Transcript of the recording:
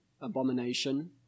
abomination